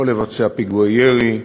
או לבצע פיגועי ירי,